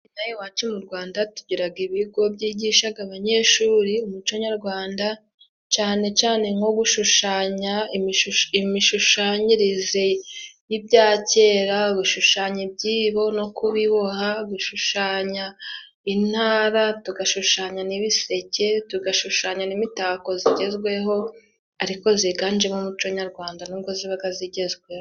Inaha iwacu mu Rwanda tugiraga ibigo byigishaga abanyeshuri umuco nyagwanda cyane cyane nko gushushanya imishushanyirize y'ibya kera, gushushanya ibyibo no kubiboha, gushushanya intara, tugashushanya n'ibiseke, tugashushanya n'imitako zigezweho, ariko ziganjemo umuco nyagwanda n'ubwo zibaga zigezweho.